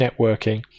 networking